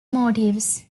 motives